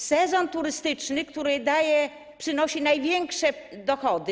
Sezon turystyczny daje, przynosi największe dochody.